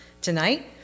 Tonight